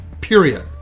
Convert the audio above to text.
Period